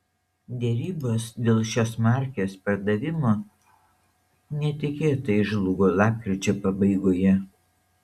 derybos dėl šios markės pardavimo netikėtai žlugo lapkričio pabaigoje